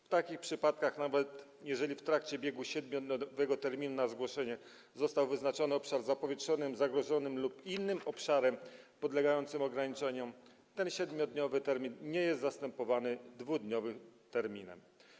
W takich przypadkach, nawet jeżeli w trakcie biegu 7-dniowego terminu na zgłoszenie dany obszar został wyznaczony jako obszar zapowietrzony, zagrożony lub innym obszar podlegający ograniczeniom, ten 7-dniowy termin nie jest zastępowany 2-dniowym terminem.